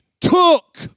took